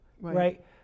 right